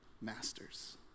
masters